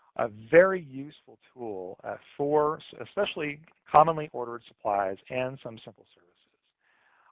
a very useful tool ah for, especially, commonly ordered supplies and some simple services.